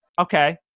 okay